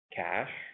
cash